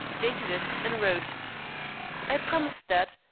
dated it, and wrote i promise that,